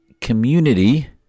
community